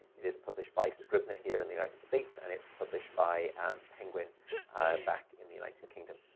it is published by scribner here in the united states, and it's published by penguin back in the united kingdom.